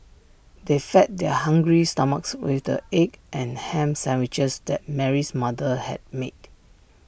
they fed their hungry stomachs with the egg and Ham Sandwiches that Mary's mother had made